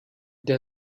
der